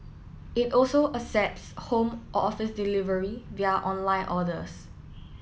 it also accepts home or office delivery via online orders